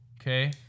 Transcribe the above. okay